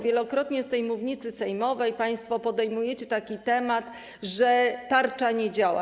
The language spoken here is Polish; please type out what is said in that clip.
Wielokrotnie z tej mównicy sejmowej państwo podejmujecie taki temat, że tarcza nie działa.